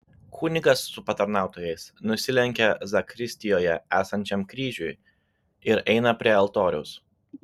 kunigas su patarnautojais nusilenkia zakristijoje esančiam kryžiui ir eina prie altoriaus